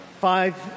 five